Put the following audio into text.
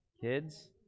kids